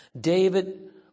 David